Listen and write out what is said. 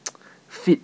fit